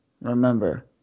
remember